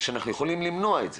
שאנחנו יכולים למנוע את זה.